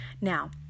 Now